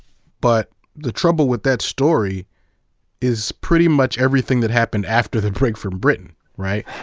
but the trouble with that story is pretty much everything that happened after the break from britain, right?